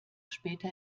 später